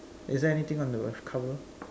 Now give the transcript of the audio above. is there anything on the cover